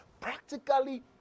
Practically